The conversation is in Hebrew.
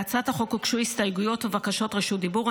להצעת החוק הוגשו הסתייגויות ובקשות רשות דיבור.